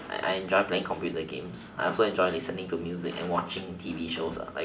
I I enjoy playing computer games I also enjoy listening to music and watching T_V shows